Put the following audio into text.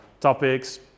topics